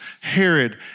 Herod